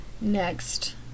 next